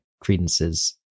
Credence's